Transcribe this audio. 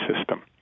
system